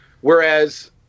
Whereas